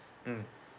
mm